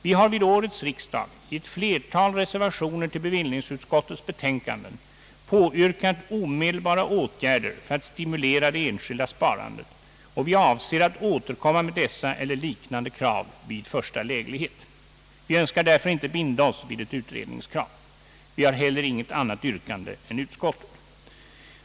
Vi har vid årets riksdag i ett flertal reservationer till bevillningsutskottets betänkanden påyrkat omedelbara Ååtgärder för att stimulera enskilt sparande, och vi avser att återkomma med dessa eller liknande krav vid första läglighet. Vi önskar därför inte binda oss vid ett utredningskrav. Vi har heller inget annat yrkande än utskottet.